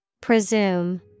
Presume